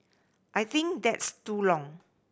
I think that's too long